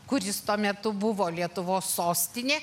kuris tuo metu buvo lietuvos sostinė